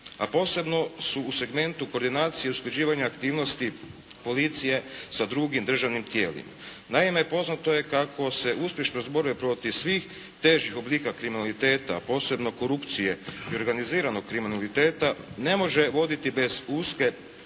a posebno u segmentu koordinacije i usklađivanja aktivnosti policije sa drugim državnim tijelima. Naime poznato je kako se uspješnost borbe protiv svih težih oblika kriminaliteta posebno korupcije i organiziranog kriminaliteta ne može voditi bez uske